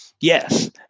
Yes